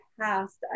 past